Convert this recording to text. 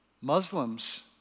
Muslims